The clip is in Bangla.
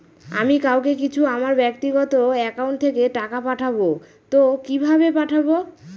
আমি কাউকে কিছু আমার ব্যাক্তিগত একাউন্ট থেকে টাকা পাঠাবো তো কিভাবে পাঠাবো?